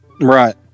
Right